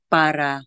para